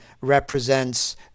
represents